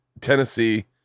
Tennessee